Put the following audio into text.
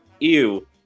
Ew